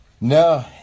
No